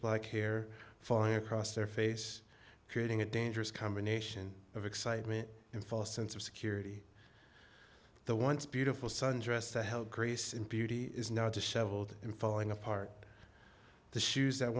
black hair falling across their face creating a dangerous combination of excitement and false sense of security the once beautiful sun dress to help grace and beauty is not to shoveled in falling apart the shoes that